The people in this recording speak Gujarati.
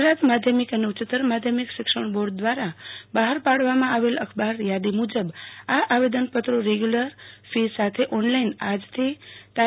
ગુજરાત માધ્યમિક અને ઉચ્યતર માધ્યમિક શિક્ષણ બોર્ડ દ્વારા બહાર પાડવામાં આવેલ અખબારી યાદી મુજબ આ આવેદન પત્રો રેગ્યુલર ફી સાથે ઓનલાઈન આજ થી તા